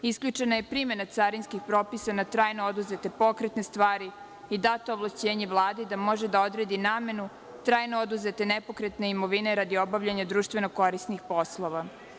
Isključena je primena carinskih propisa na trajno oduzete pokretne stvari i data ovlašćenja Vladi da može da odredi namenu trajno oduzete nepokretne imovine radi obavljanja društveno koristnih poslova.